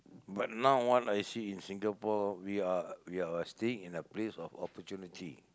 but now what I see in Singapore we are we are staying in a place of opportunity